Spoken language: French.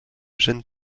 gêne